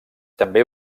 també